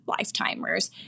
lifetimers